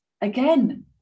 again